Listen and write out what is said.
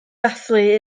dathlu